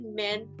men